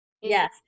Yes